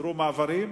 סידרו מעברים,